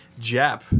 Jap